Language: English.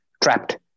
trapped